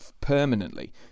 permanently